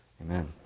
Amen